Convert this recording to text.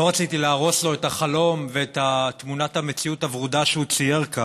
לא רציתי להרוס לו את החלום ואת תמונת המציאות הוורודה שהוא צייר כאן,